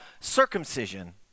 circumcision